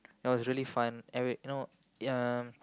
no it's really fun and wait no ya